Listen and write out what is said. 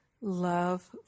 love